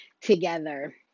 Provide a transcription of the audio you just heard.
together